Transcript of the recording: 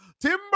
Timber